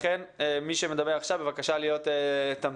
לכן, מי שמדבר עכשיו, בבקשה להיות תמציתי.